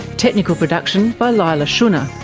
technical production by leila shunnar,